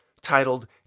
titled